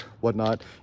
whatnot